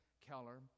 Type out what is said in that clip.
Keller